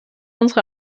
unsere